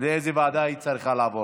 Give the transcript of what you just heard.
לאיזה ועדה היא צריכה לעבור.